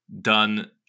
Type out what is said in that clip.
done